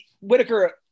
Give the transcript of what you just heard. Whitaker